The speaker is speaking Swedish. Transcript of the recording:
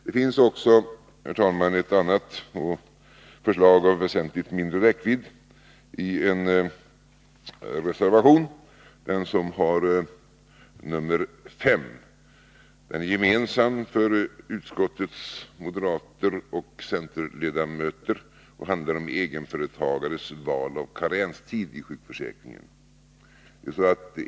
Det finns också, herr talman, ett annat förslag av väsentligt mindre räckvidd i reservation nr 5, som är gemensam för utskottets moderater och centerledamöter och handlar om egenföretagares val av karenstid i sjukförsäkringen.